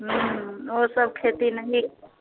नहीं वह सब खेती नहीं होता है